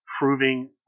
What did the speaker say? Proving